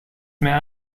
mehr